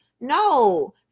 no